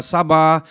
Sabah